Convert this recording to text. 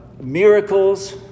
miracles